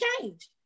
change